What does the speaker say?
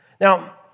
Now